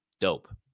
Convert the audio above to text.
dope